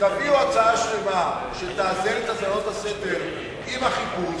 תביאו הצעה שלמה שתאזן את האזנות הסתר עם החיפוש,